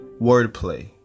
wordplay